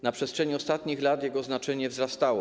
Na przestrzeni ostatnich lat jego znaczenie wzrastało.